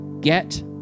get